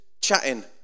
chatting